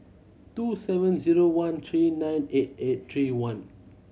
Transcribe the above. two seven zero one three nine eight eight three one